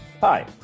Hi